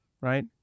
right